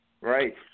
Right